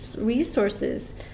resources